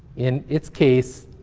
in its case,